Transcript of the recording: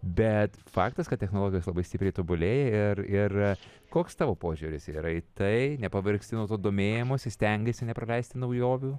bet faktas kad technologijos labai stipriai tobulėja ir ir koks tavo požiūris yra į tai nepavargsti nuo to domėjimosi stengiasi nepraleisti naujovių